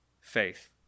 faith